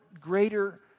greater